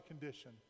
condition